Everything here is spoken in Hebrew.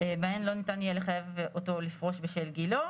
שבהן לא ניתן יהיה לחייב אותו לפרוש בשל גילו,